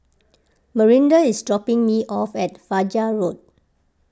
Marinda is dropping me off at Fajar Road